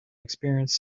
experience